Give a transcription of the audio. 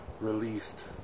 released